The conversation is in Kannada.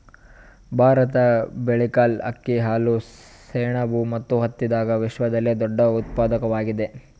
ಭಾರತ ಬೇಳೆಕಾಳ್, ಅಕ್ಕಿ, ಹಾಲು, ಸೆಣಬು ಮತ್ತು ಹತ್ತಿದಾಗ ವಿಶ್ವದಲ್ಲೆ ದೊಡ್ಡ ಉತ್ಪಾದಕವಾಗ್ಯಾದ